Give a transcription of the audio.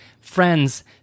Friends